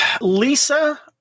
Lisa